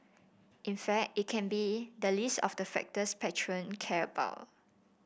in fact it can be the least of the factors patron care about